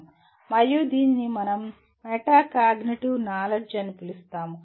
మరియు దీనిని మనం మెటాకాగ్నిటివ్ నాలెడ్జ్ అని పిలుస్తాము